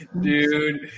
dude